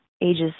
ages